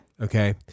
Okay